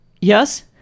Yes